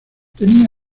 tenía